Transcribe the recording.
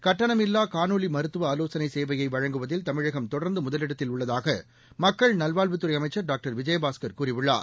கட்டணமில்லா காணொலி மருத்துவ ஆலோசனை சேவையை வழங்குவதில் தமிழகம் தொடா்ந்து முதலிடத்தில் உள்ளதாக மக்கள் நல்வாழ்வுத்துறை அமைச்சர் டாக்டர் விஜயபாஸ்கர் கூறியுள்ளார்